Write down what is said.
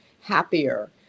happier